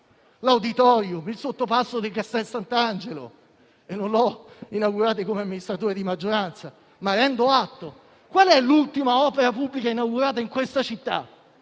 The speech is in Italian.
all'auditorium o al sottopasso di Castel Sant'Angelo: non le ho certamente inaugurate come amministratore di maggioranza, ma ne rendo atto. Qual è l'ultima opera pubblica inaugurata in questa città?